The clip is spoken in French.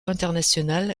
international